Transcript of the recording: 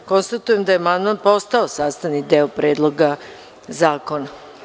Konstatujem da je amandman postao sastavni deo Predloga zakona.